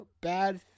bad